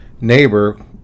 neighbor